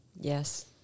Yes